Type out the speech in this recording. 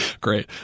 Great